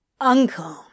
Uncle